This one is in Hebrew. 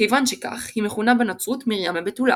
כיוון שכך היא מכונה בנצרות "מרים הבתולה",